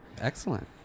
Excellent